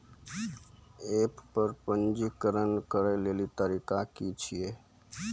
App पर पंजीकरण करै लेली तरीका की छियै?